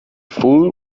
fool